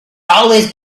always